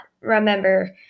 Remember